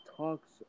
talks